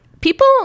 people